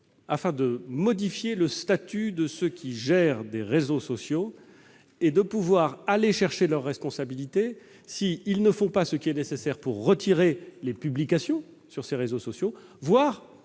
en modifiant le statut de ceux qui gèrent des réseaux sociaux, en vue d'invoquer leurs responsabilités s'ils ne font pas ce qui est nécessaire pour retirer les publications sur ces réseaux sociaux, voire